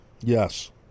yes